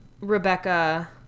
Rebecca